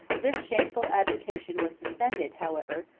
this shameful abdication was suspended, however,